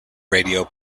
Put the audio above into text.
radio